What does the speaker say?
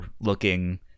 looking